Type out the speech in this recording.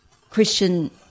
Christian